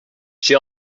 she